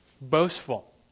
boastful